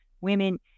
women